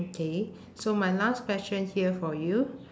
okay so my last question here for you